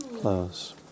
close